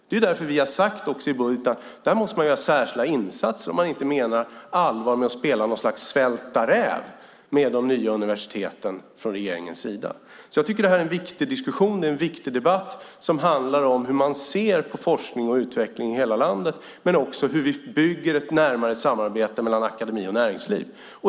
Det är därför vi har sagt i budgetar att man måste göra särskilda insatser om regeringen inte menar allvar med att spela något slags Svälta räv med de nya universiteten. Jag tycker att det här är en viktig diskussion och en viktig debatt som handlar om hur man ser på forskning och utveckling i hela landet men också hur vi bygger ett närmare samarbete mellan akademi och näringsliv.